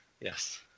Yes